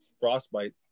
frostbite